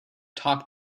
talk